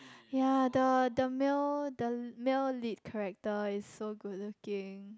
yea the the male the male lead character is so good looking